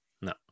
No